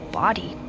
body